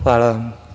Hvala.